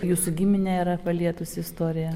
jūsų giminę yra palietusi istorija